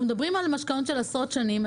אנחנו מדברים על משכנתאות של עשרות שנים.